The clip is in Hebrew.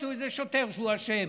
ימצאו איזה שוטר שהוא אשם.